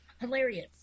hilarious